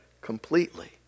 completely